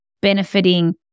benefiting